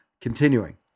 Continuing